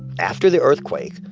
after the earthquake,